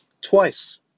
twice